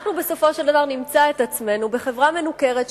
אנחנו בסופו של דבר נמצא את עצמנו בחברה מנוכרת,